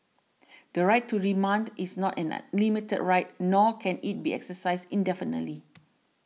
the right to remand is not an unlimited right nor can it be exercised indefinitely